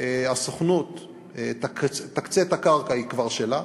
והסוכנות תקצה את הקרקע, היא כבר שלה.